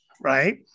right